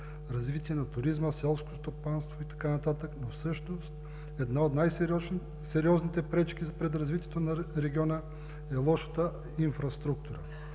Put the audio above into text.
развитие на туризма, селско стопанство и така нататък, но всъщност една от най-сериозните пречки пред развитието на региона е лошата инфраструктура.